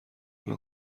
الان